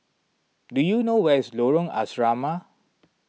do you know where is Lorong Asrama